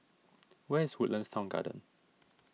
where is Woodlands Town Garden